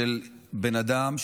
של בן אדם,